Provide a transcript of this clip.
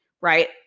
right